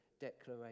declaration